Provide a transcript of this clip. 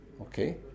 Okay